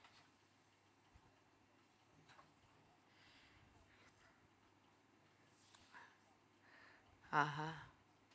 (uh huh)